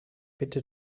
bitte